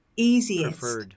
easiest